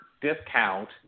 discount